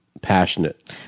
passionate